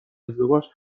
ازدواج